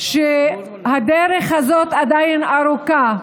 שהדרך עדיין ארוכה,